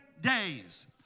days